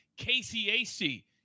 KCAC